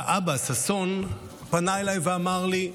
האבא ששון פנה אליי ואמר לי: